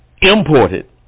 imported